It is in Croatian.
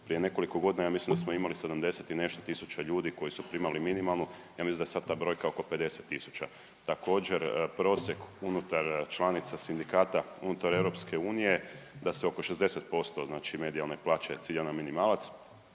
Prije nekoliko godina, ja mislim da smo imali 70 i nešto tisuća ljudi koji su primali minimalnu, ja mislim da je sad ta brojka oko 50 tisuća. Također, prosjek unutar članica sindikata, unutar EU, da se oko 60% medijalne plaće cilja na minimalac.